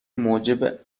موجب